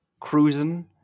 cruising